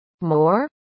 more